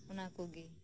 ᱚᱱᱟᱠᱚᱜᱮ